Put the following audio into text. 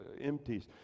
empties